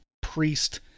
priest